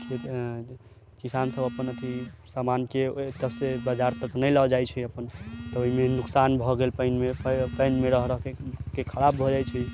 खेत किसान सब अपन अथी समानके ओतऽसँ बजार तक नहि लअ जाइ छै अपन तऽ ओइमे नोकसान भऽ गेल पानिमे पानिमे रहि रहिके के खराब भऽ जाइ छै